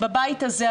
בבית הזה,